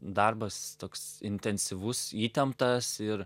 darbas toks intensyvus įtemptas ir